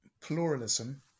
pluralism